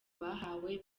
bahawe